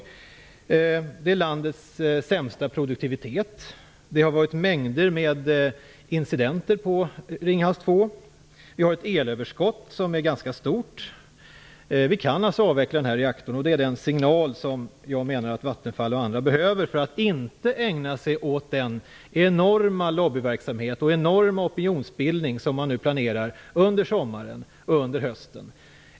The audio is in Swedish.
Reaktorn har landets sämsta produktivitet. Det har varit mängder av incidenter på Ringhals 2. Vi har ett elöverskott som är ganska stort. Vi kan alltså avveckla denna reaktor. Det är den signal som jag menar att Vattenfall och andra behöver för att inte ägna sig åt den enorma lobbyverksamhet och opinionsbildning som man nu planerar under sommaren och hösten.